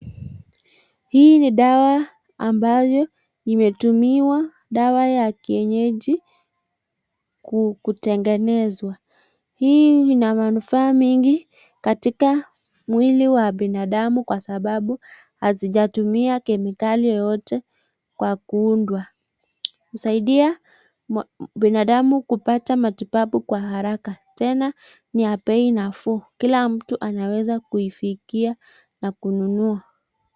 Hii ni dawa ambayo imetumiwa dawa ya kienyeji kutengenezwa. Hii ina manufaa mengi katika mwili wa binadamu kwa sababu hazijatumia kemikali yoyote kwa kuundwa. Husaidia binadamu kupata matibabu kwa haraka tena ni ya bei nafuu. Kila mtu anaweza kuifikia na kununua.